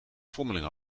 vondeling